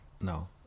No